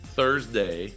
Thursday